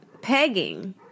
pegging